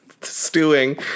stewing